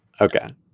Okay